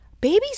babies